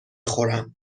خورم